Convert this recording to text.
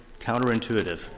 counterintuitive